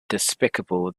despicable